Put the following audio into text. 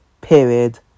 period